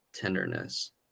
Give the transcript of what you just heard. Tenderness